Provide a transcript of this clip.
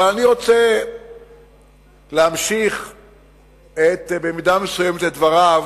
אבל אני רוצה להמשיך במידה מסוימת את דבריו